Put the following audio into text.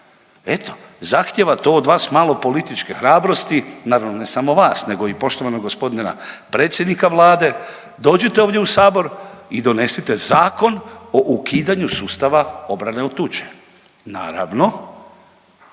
eto. Zahtijeva to od vas malo političke hrabrosti, naravno ne samo vas nego i poštovanog g. predsjednika Vlade dođite ovdje u Sabor i donesite zakon o ukidanju sustava obrane od tuče. Naravno